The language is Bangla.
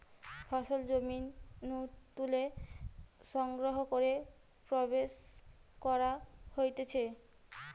ফসল জমি নু তুলে সংগ্রহ করে প্রসেস করা হতিছে